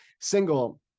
single